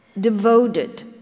devoted